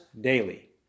daily